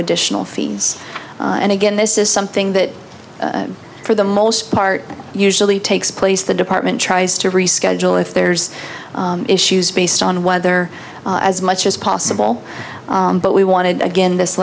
additional fees and again this is something that for the most part usually takes place the department tries to reschedule if there's issues based on weather as much as possible but we wanted again this